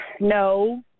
No